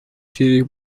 сирии